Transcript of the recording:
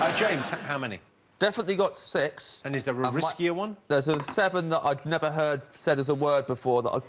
james how many definitely got six and is there a riskier one? there's a seven that i'd never heard said as a word before that ah